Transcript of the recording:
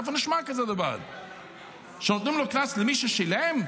איפה נשמע כזה דבר שנותנים קנס למי ששילם?